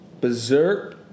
berserk